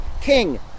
King